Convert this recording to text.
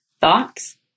Thoughts